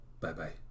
bye-bye